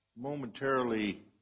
momentarily